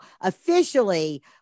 officially